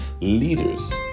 Leaders